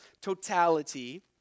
totality